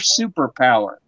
superpower